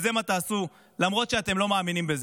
וזה מה שתעשו למרות שאתם לא מאמינים בזה,